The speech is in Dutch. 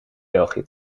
belgië